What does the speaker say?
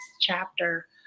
chapter